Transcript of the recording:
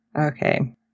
okay